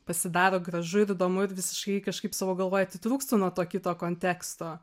pasidaro gražu ir įdomu ir visiškai kažkaip savo galvoj atitrūkstu nuo to kito konteksto